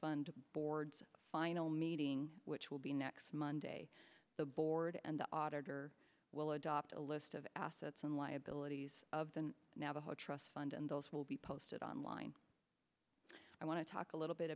fund boards final meeting which will be next monday the board and the auditor will adopt a list of assets and liabilities of the navajo trust fund and those will be posted online i want to talk a little bit